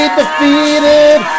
defeated